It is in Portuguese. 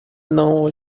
não